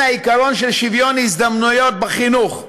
העיקרון של שוויון הזדמנויות בחינוך.